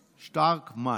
שְׁטַרְקְמָן.